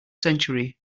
century